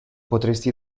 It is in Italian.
potresti